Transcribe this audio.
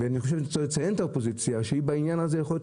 אני חושב שצריך לציין את האופוזיציה שהיא בעניין הזה יכולה להיות